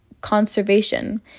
conservation